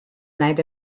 night